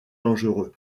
dangereux